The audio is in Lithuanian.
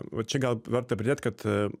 va čia gal verta pridėt kad